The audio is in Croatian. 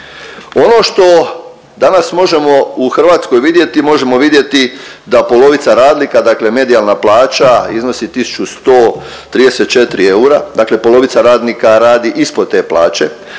Ono što danas možemo u Hrvatskoj vidjeti, možemo vidjeti da polovica radnika, dakle medijalna plaća iznosi 1134 eura, dakle polovica radnika radi ispod te plaće,